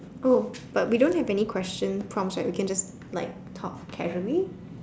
oh but we don't have any question prompts right we can just like talk casually